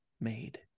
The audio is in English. made